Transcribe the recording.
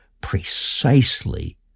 precisely